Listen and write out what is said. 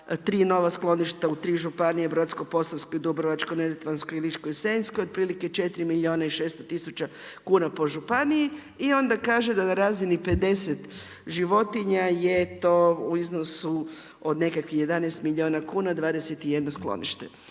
3 nova skloništa u 3 županije, Brodsko posavsko, Dubrovačko-neretvansko i Ličko-senjskoj, otprilike 4 milijuna i 600 tisuća kuna po županiji. I onda kaže da na razini 50 životinja je to u iznosu, od nekakvih 11 milijuna kuna, 21 sklonište.